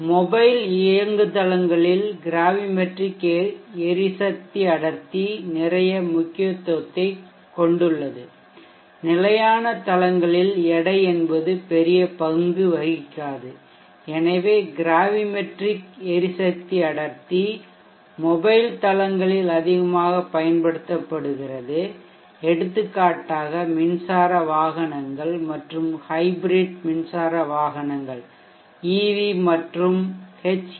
mobile இயங்குதளங்களில் gravimetric எரிசக்தி அடர்த்தி நிறைய முக்கியத்துவத்தைக் கொண்டுள்ளது நிலையான தளங்களில் எடை என்பது பெரிய பங்கு வகிக்காது எனவே கிராவிமெட்ரிக் எரிசக்தி அடர்த்தி மொபைல் தளங்களில் அதிகமாகப் பயன்படுத்தப்படுகிறது எடுத்துக்காட்டாக மின்சார வாகனங்கள் மற்றும் ஹைப்ரிட் மின்சார வாகனங்கள் EV மற்றும் HEV